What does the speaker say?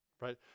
right